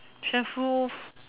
cheerful